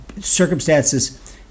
circumstances